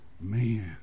Man